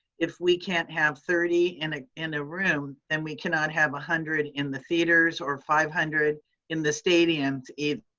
if we can't have thirty and ah in a room, then we cannot have one hundred in the theaters, or five hundred in the stadiums either.